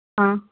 ہاں